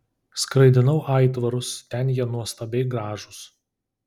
skraidinau aitvarus ten jie nuostabiai gražūs